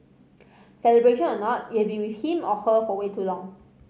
celebration or not you've been with him or her for way too long